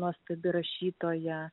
nuostabi rašytoja